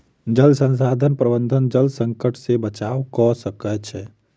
जल संसाधन प्रबंधन जल संकट से बचाव कअ सकै छै